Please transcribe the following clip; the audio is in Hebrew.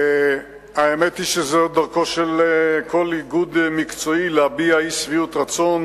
האמת היא שזו דרכו של כל איגוד מקצועי להביע אי-שביעות רצון.